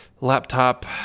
laptop